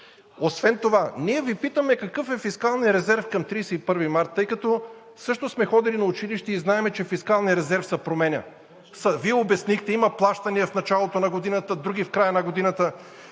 Освен това, ние Ви питаме какъв е фискалният резерв към 31 март, тъй като също сме ходили на училище и знаем, че фискалният резерв се променя. Вие обяснихте – има плащания в началото на годината, други – в края на годината.